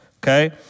Okay